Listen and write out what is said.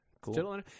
cool